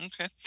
okay